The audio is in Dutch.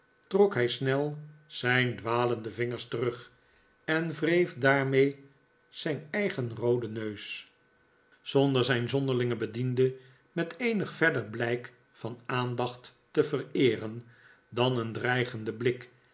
trok hij snel zijn dwalende vingers terug en wreef daarmee zijn eigen rooden neus zonder zijn zonderlingen bediende met eenig verder blijk van aandacht te vereeren dan een dreigenden blik